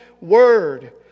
Word